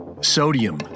sodium